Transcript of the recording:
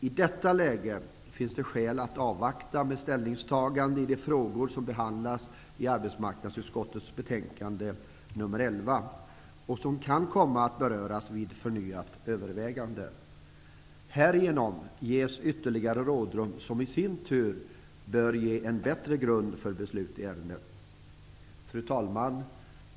I detta läge finns det skäl att avvakta med ställningstaganden i de frågor som behandlas i arbetsmarknadsutskottets betänkande AU11 och som kan komma att beröras vid förnyat övervägande. Härigenom ges ytterligare rådrum, vilket i sin tur bör ge en bättre grund för beslut i ärendet. Fru talman!